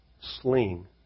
sling